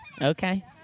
okay